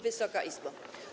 Wysoka Izbo!